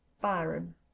byron